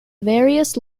various